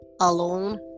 alone